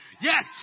yes